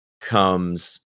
comes